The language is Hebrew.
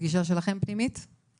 פגישה פנימית שלכם?